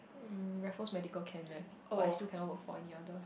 um Raffles Medical can leh but I still cannot work for any other